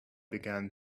began